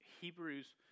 Hebrews